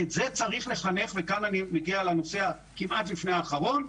ואת זה צריך לחנך וכאן אני מגיע לנושא הכמעט לפני אחרון,